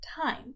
time